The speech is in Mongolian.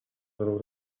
зураг